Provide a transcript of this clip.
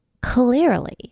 clearly